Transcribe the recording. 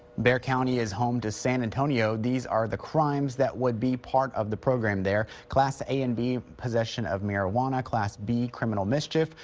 bexar county is home to san antonio. these are the crimes that would be part of the program class a and b possession of marijuana, class b criminal mischief,